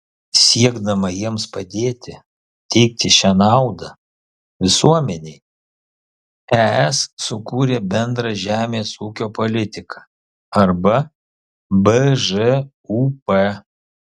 siekdama jiems padėti teikti šią naudą visuomenei es sukūrė bendrą žemės ūkio politiką arba bžūp